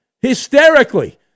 hysterically